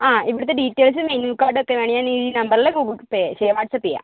ആ ഇവിടുത്തെ ഡീറ്റെയിൽസും മെനു കാർഡൊക്കെ വേണേൽ ഞാനീ നമ്പറില് ഗൂഗിൾ പേ ചെയ്യാം വാട്സ്അപ്പ് ചെയ്യാം